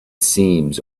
seems